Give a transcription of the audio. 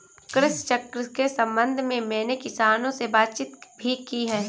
कृषि चक्र के संबंध में मैंने किसानों से बातचीत भी की है